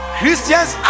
Christians